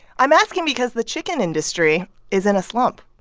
i'm asking because the chicken industry is in a slump.